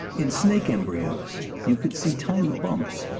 in snake embryos you could see tiny bumps,